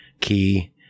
key